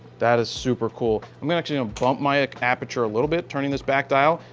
that is super cool i mean actually um bump my aperture a little bit turning this back dial.